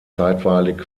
zeitweilig